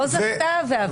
לא זכתה ועברה.